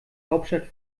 hauptstadt